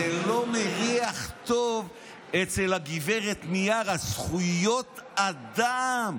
זה לא מריח טוב אצל גב' מיארה, זכויות אדם,